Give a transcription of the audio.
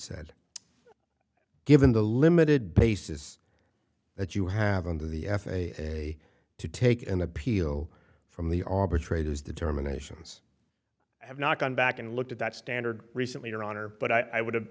said given the limited basis that you have under the f a a to take an appeal from the arbitrator's determinations i have not gone back and looked at that standard recently your honor but i would